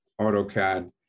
AutoCAD